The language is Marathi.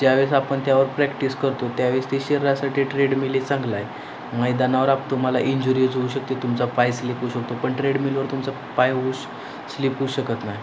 ज्या वेळेस आपण त्यावर प्रॅक्टिस करतो त्या वेळेस ते शरीरासाठी ट्रेडमिलही चांगला आहे मैदानावर आप तुम्हाला इंजुरीज होऊ शकते तुमचा पाय स्लिप होऊ शकतो पण ट्रेडमिलवर तुमचा पाय उश स्लिप होऊ शकत नाही